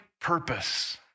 purpose